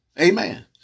Amen